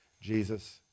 Jesus